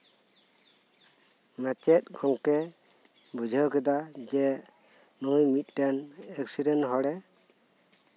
ᱢᱟᱪᱮᱫ ᱜᱚᱢᱠᱮ ᱵᱩᱡᱷᱟᱹᱣ ᱠᱮᱫᱟ ᱡᱮ ᱱᱩᱭ ᱢᱤᱫᱴᱟᱱ ᱮᱠᱥᱤᱰᱮᱱᱴ ᱦᱚᱲᱮ